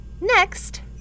Next